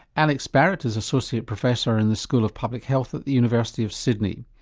alex barratt is associate professor in the school of public health at the university of sydney.